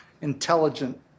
intelligent